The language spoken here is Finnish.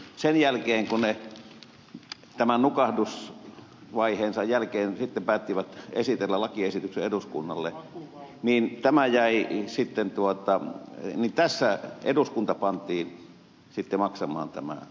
kun he tämän nukahdusvaiheensa jälkeen sitten päättivät esitellä lakiesityksen eduskunnalle niin tämä jäi sitten tuota kiinni tässä eduskunta pantiin sitten maksamaan tämä lasku